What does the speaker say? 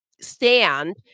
stand